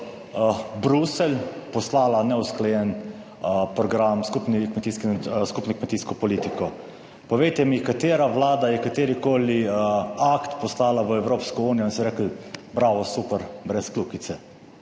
Bruselj poslala neusklajen program skupne kmetijske in skupno kmetijsko politiko. Povejte mi, katera Vlada je katerikoli akt poslala v Evropsko unijo in so rekli: bravo, super, brez kljukice?